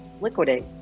liquidate